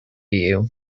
you